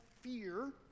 fear